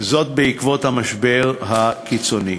זאת, בעקבות המשבר הקיצוני.